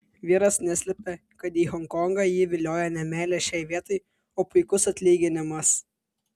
vyras neslepia kad į honkongą jį vilioja ne meilė šiai vietai o puikus atlyginimas